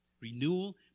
renewal